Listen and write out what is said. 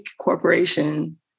corporation